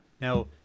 Now